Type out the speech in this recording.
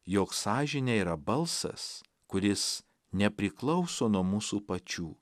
jog sąžinė yra balsas kuris nepriklauso nuo mūsų pačių